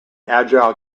agile